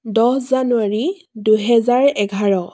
দহ জানুৱাৰী দুহেজাৰ এঘাৰ